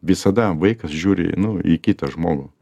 visada vaikas žiūri nu į kitą žmogų